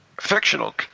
Fictional